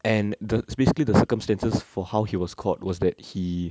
and the basically the circumstances for how he was caught was that he